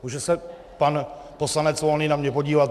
Může se pan poslanec Volný na mě podívat?